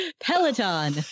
Peloton